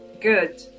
Good